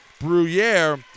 Bruyere